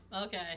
Okay